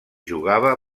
jugava